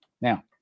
Now